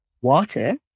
water